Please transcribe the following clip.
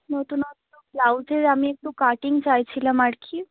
নতুনত্ব ব্লাউজের আমি একটু কাটিং চাইছিলাম আর কি